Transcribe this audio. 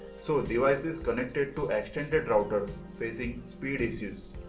so, devices connected to extended router facing speed issues.